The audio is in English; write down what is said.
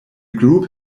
group